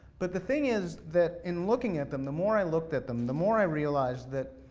but the thing is that in looking at them, the more i looked at them, the more i realize that